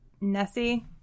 Nessie